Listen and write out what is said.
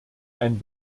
ein